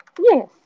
Yes